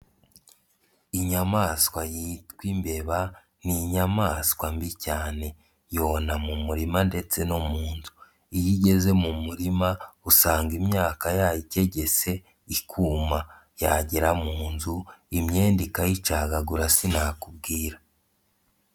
Inyamaswa yitwa imbeba ni inyamaswa mbi cyane yona mu murima ndetse no mu nzu, iyo igeze mu murima usanga imyaka yayikegese ikuma yagera mu nzu imyenda ikayicagagura sinakubwira.